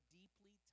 deeply